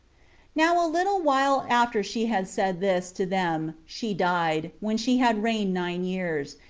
now a little while after she had said this to them, she died, when she had reigned nine years,